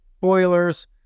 boilers